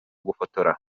gufotora